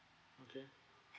okay